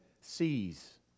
sees